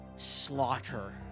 slaughter